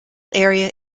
area